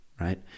right